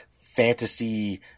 fantasy